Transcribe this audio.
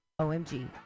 omg